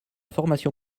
formation